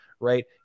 Right